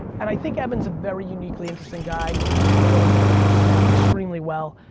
and i think evan's a very uniquely interesting guy, i know him a little bit. i know snap extremely well,